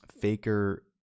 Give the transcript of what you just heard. Faker